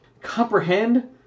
comprehend